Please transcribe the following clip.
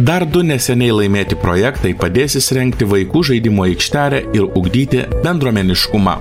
dar du neseniai laimėti projektai padės įsirengti vaikų žaidimų aikštelę ir ugdyti bendruomeniškumą